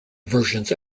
versions